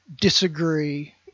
Disagree